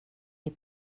des